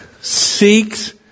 seeks